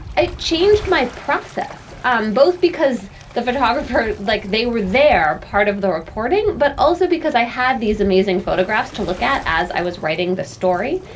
it changed my process um both because the photographer, like they were they're part of the reporting, but also because i had these amazing photographs to look at as i was writing the story.